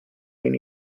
been